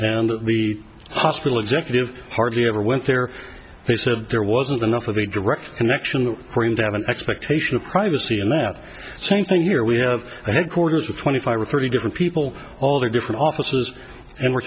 and the hospital executive hardly ever went there they said there wasn't enough of a direct connection for him to have an expectation of privacy and that same thing here we have a headquarters of twenty five or thirty different people all their different offices and we're